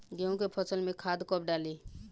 गेहूं के फसल में खाद कब डाली?